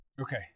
Okay